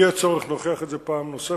יהיה צורך, נוכיח את זה פעם נוספת,